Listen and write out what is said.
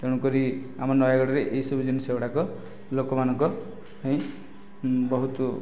ତେଣୁକରି ଆମ ନୟାଗଡ଼ରେ ଏହି ସବୁ ଜିନିଷ ଗୁଡ଼ାକ ଲୋକମାନଙ୍କ ପାଇଁ ବହୁତ